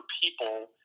people